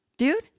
Dude